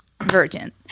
virgin